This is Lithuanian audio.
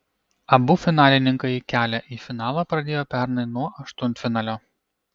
abu finalininkai kelią į finalą pradėjo pernai nuo aštuntfinalio